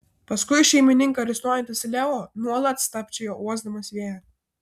paskui šeimininką risnojantis leo nuolat stabčiojo uosdamas vėją